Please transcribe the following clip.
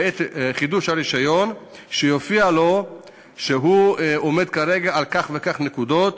בעת חידוש הרישיון יופיע לו שהוא עומד כרגע על כך וכך נקודות,